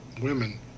women